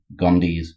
Gondis